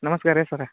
ನಮಸ್ಕಾರ ರಿ ಸರ